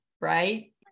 right